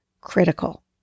critical